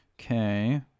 Okay